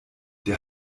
der